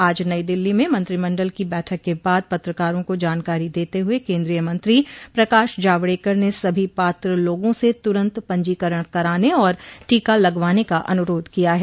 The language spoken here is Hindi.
आज नई दिल्ली में मंत्रिमंडल की बैठक के बाद पत्रकारों को जानकारी देते हुए केन्द्रीय मंत्री प्रकाश जावड़ेकर ने सभी पात्र लोगों से तुरंत पंजीकरण कराने और टीका लगवाने का अनुरोध किया है